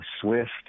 swift